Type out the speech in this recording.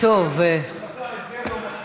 אם את זה אתה לא מכיר,